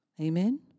Amen